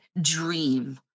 dream